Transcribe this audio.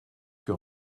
que